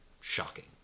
shocking